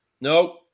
No